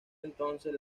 entonces